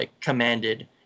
commanded